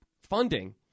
funding